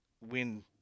win